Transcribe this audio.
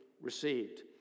received